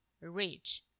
rich